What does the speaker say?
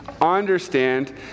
understand